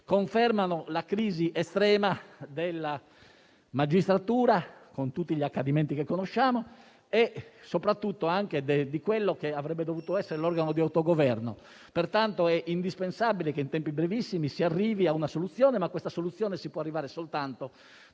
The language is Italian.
confermano la crisi estrema della magistratura, con tutti gli accadimenti che conosciamo, e soprattutto di quello che avrebbe dovuto essere l'organo di autogoverno. Pertanto, è indispensabile che in tempi brevissimi si arrivi a una soluzione, ma a questa si può arrivare soltanto